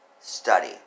study